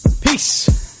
Peace